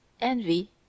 envy